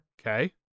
Okay